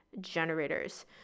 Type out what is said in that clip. generators